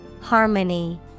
Harmony